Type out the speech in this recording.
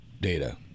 data